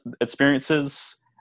experiences